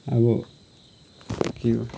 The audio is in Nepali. अब के हो